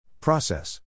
Process